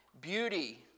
beauty